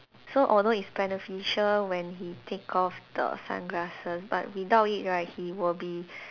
so although it's beneficial when he take off the sunglasses but without it right he will be